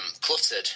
cluttered